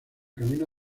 camino